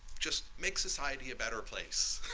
just make society a better place.